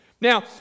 Now